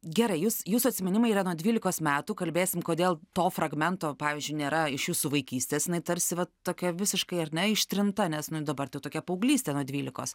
gerai jūs jūsų atsiminimai yra nuo dvylikos metų kalbėsim kodėl to fragmento pavyzdžiui nėra iš jūsų vaikystės jinai tarsi va tokia visiškai ar ne ištrinta nes dabar tai jau tokia paauglystė nuo dvylikos